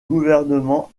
gouvernement